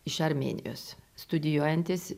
iš armėnijos studijuojantys